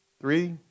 three